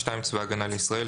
צבא הגנה לישראל,